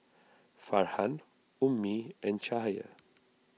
arhan Ummi and Cahaya